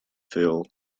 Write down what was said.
phil